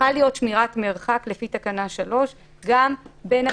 שצריכה להיות שמירת מרחק לפי תקנה 3 גם בין המשתתפים.